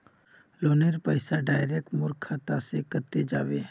लोनेर पैसा डायरक मोर खाता से कते जाबे?